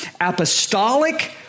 apostolic